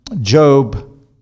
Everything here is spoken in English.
Job